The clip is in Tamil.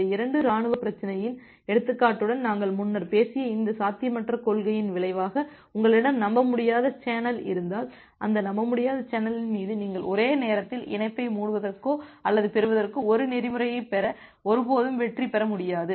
இந்த 2 இராணுவப் பிரச்சினையின் எடுத்துக்காட்டுடன் நாங்கள் முன்னர் பேசிய இந்த சாத்தியமற்ற கொள்கையின் விளைவாக உங்களிடம் நம்பமுடியாத சேனல் இருந்தால் அந்த நம்பமுடியாத சேனலின் மீது நீங்கள் ஒரே நேரத்தில் இணைப்பை மூடுவதற்கோ அல்லது பெறுவதற்கோ ஒரு நெறிமுறையைப் பெற ஒருபோதும் வெற்றிபெற முடியாது